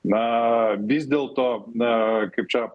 na vis dėlto na kaip čia